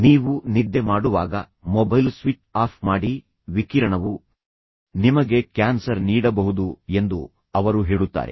ನೀವು ನಿದ್ದೆ ಮಾಡುವಾಗ ಮೊಬೈಲ್ ಸ್ವಿಚ್ ಆಫ್ ಮಾಡಿ ವಿಕಿರಣವು ನಿಮಗೆ ಕ್ಯಾನ್ಸರ್ ನೀಡಬಹುದು ಎಂದು ಅವರು ಹೇಳುತ್ತಾರೆ